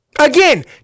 Again